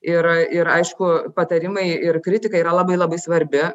ir ir aišku patarimai ir kritika yra labai labai svarbi